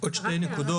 עוד שתי נקודות,